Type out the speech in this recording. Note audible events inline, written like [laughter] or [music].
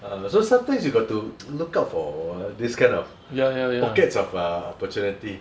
uh so sometimes you got to [noise] look out for this kind of pockets of err opportunity